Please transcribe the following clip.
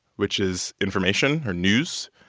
which is information or news,